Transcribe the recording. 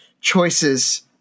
choices